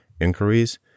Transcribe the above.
inquiries